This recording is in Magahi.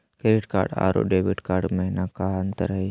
क्रेडिट कार्ड अरू डेबिट कार्ड महिना का अंतर हई?